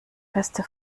beste